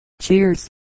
cheers